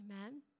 Amen